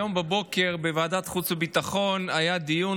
היום בבוקר היה בוועדת החוץ והביטחון דיון